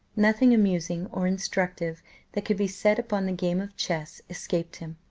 nothing amusing or instructive that could be said upon the game of chess escaped him,